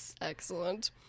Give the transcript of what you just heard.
Excellent